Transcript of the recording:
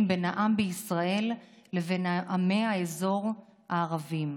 בין העם בישראל לבין עמי האזור הערביים.